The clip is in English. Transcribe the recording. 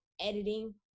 editing